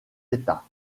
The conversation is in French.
états